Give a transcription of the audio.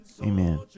Amen